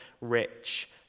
rich